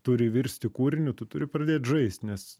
turi virsti kūriniu tu turi pradėt žaist nes